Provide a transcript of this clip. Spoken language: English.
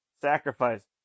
Sacrifice